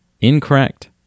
Incorrect